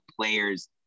players